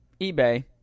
eBay